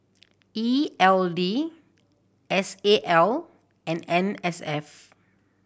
E L D S A L and N S F